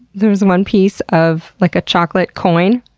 there was one piece of, like, a chocolate coin,